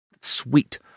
sweet